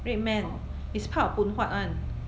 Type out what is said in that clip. RedMan it's part of Phoon Huat [one]